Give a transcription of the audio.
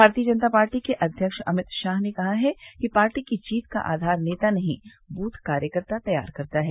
भारतीय जनता पार्टी के अध्यक्ष अमित शाह ने कहा है कि पार्टी की जीत का आधार नेता नहीं दूथ कार्यकर्ता तैयार करता है